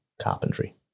carpentry